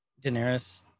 Daenerys